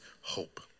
hope